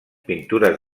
pintures